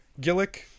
Gillick